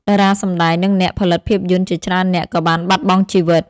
តារាសម្ដែង និងអ្នកផលិតភាពយន្តជាច្រើននាក់ក៏បានបាត់បង់ជីវិត។